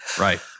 Right